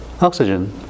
oxygen